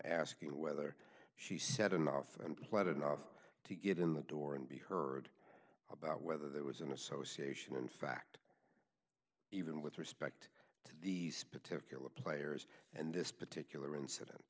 asking whether she said in the mouth implied enough to get in the door and be heard about whether there was an association in fact even with respect to these particular players and this particular incident